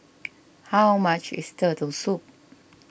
how much is Turtle Soup